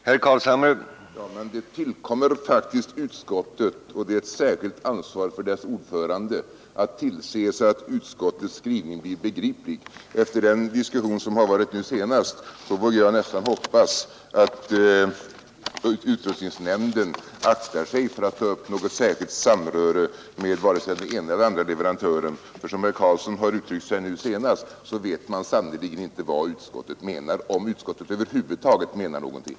Herr talman! Det tillkommer faktiskt utskottet, och det är ett särskilt ansvar för dess ordförande, att tillse att utskottets skrivning blir begriplig. Efter den diskussion som förts nu vågar jag nästan hoppas att utrustningsnämnden aktar sig för att ha något särskilt samröre med vare sig den ena eller andra leverantören. Som herr Karlsson i Huskvarna uttryckte sig nu senast vet man sannerligen inte vad utskottet menar, om utskottet över huvud taget menar någonting.